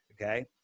okay